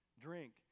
drink